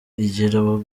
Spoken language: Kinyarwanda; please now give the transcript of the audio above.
igira